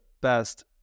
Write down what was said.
best